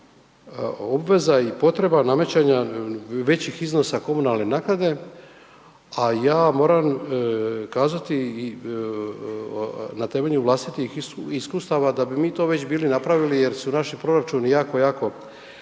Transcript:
obveza i potreba namećanja većih iznosa komunalne naknade, a ja moram kazati na temelju vlastitih iskustava da bi mi to već bili napravili jer su naši proračuni jako, jako,